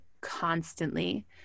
constantly